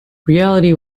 reality